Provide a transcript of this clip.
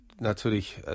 natürlich